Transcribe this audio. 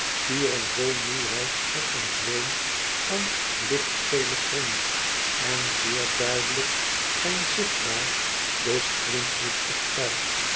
vol moêheid met eem zweem van lichtgelen kring en zeer duidelijk zijn zichtbaar de striempjes op